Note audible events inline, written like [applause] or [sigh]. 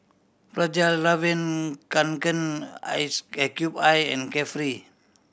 Fjallraven Kanken Ice [unintelligible] Cube I and Carefree